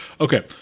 Okay